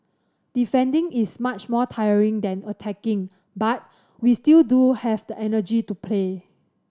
defending is much more tiring than attacking but we still do have the energy to play